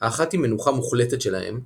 האחת היא מנוחה מוחלטת של האם,